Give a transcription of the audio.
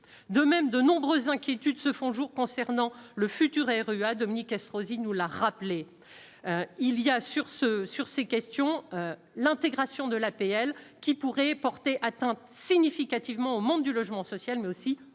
de même de nombreuses inquiétudes se font jour concernant le futur Dominique Estrosi nous l'a rappelé il y a sur ce sur ces questions, l'intégration de l'APL qui pourrait porter atteinte significativement au monde du logement social, mais aussi aux